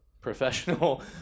professional